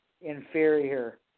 inferior